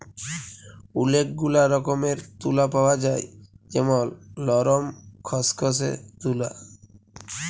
ওলেক গুলা রকমের তুলা পাওয়া যায় যেমল লরম, খসখসে তুলা